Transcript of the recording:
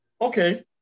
Okay